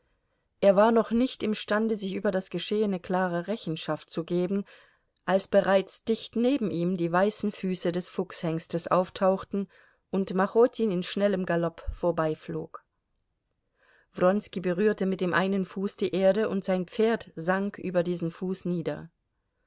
er war noch nicht imstande sich über das geschehene klare rechenschaft zu geben als bereits dicht neben ihm die weißen füße des fuchshengstes auftauchten und machotin in schnellem galopp vorbeiflog wronski berührte mit dem einen fuß die erde und sein pferd sank über diesen fuß nieder